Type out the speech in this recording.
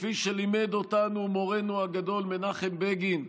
כפי שלימד אותנו מורנו הגדול מנחם בגין,